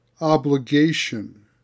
obligation